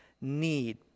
need